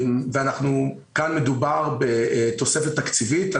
כאן מדובר בתוספת תקציבית.